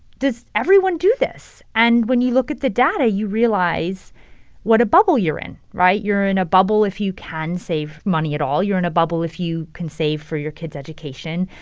does everyone do this? and when you look at the data, you realize what a bubble you're in, right? you're in a bubble if you can save money at all. you're in a bubble if you can save for your kid's education.